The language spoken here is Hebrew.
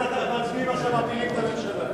בממשלה.